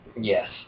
Yes